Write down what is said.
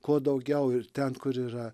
kuo daugiau ir ten kur yra